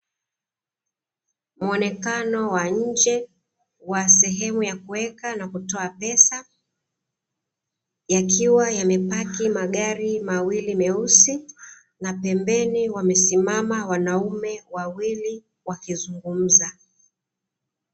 Muonekano wa nje wa sehemu ya kuweka na kutoa pesa, yakiwa yamepaki magari mawili meusi na pembeni wamesimama wanaume wawili wakizungumza.